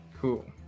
Cool